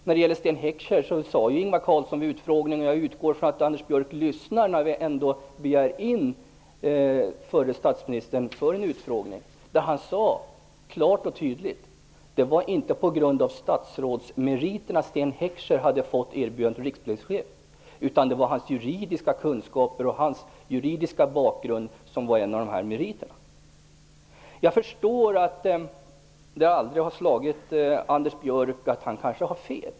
När det gäller Sten Heckscher sade ju Ingvar Carlsson vid utfrågningen klart och tydligt - jag utgår från att Anders Björck lyssnar när vi kallar in förre statsministern till en utfrågning - att det inte var på statsrådsmeriterna som Sten Heckscher hade fått erbjudandet att bli rikspolischef, utan det var hans juridiska kunskaper och den juridiska bakgrunden som var meriterna. Jag förstår att det aldrig har slagit Anders Björck att han kanske har fel.